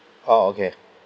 oh okay